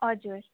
हजुर